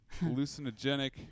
hallucinogenic